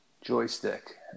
Joystick